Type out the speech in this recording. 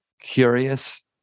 curious